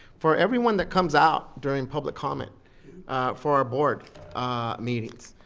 for everyone that comes out during public comment for our board meetings.